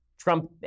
Trump